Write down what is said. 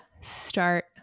start